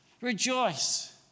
Rejoice